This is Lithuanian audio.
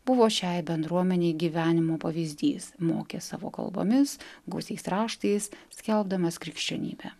buvo šiai bendruomenei gyvenimo pavyzdys mokė savo kalbomis gausiais raštais skelbdamas krikščionybę